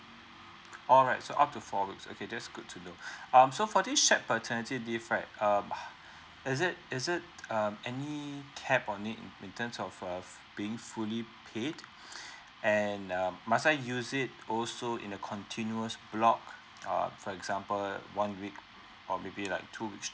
alright so up to four weeks okay that's good to know um so for this shared paternity leave right uh is it is it um any cap on it in terms of uh being fully paid and uh must I use it also in a continuous block uh for example one week or maybe be like two weeks